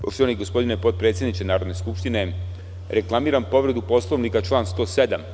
Poštovani gospodine predsedniče Narodne skupštine, reklamiram povredu Poslovnika - član 107.